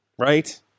right